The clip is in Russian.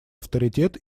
авторитет